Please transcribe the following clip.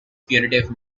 punitive